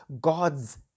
God's